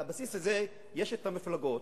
על הבסיס הזה יש מפלגות,